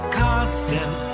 constant